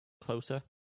closer